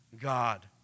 God